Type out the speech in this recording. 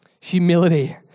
Humility